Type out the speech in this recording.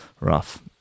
rough